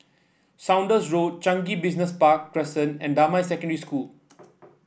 Saunders Road Changi Business Park Crescent and Damai Secondary School